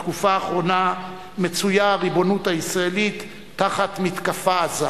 בתקופה האחרונה מצויה הריבונות הישראלית תחת מתקפה עזה.